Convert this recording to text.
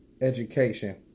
education